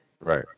right